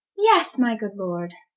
yes my good lord,